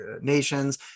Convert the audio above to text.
nations